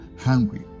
hungry